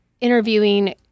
interviewing